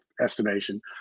estimation